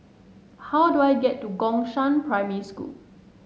how do I get to Gongshang Primary School